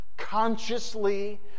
Consciously